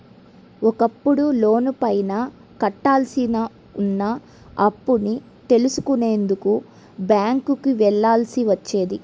ఒకప్పుడు లోనుపైన కట్టాల్సి ఉన్న అప్పుని తెలుసుకునేందుకు బ్యేంకుకి వెళ్ళాల్సి వచ్చేది